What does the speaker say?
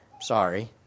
Sorry